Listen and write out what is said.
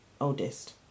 oldest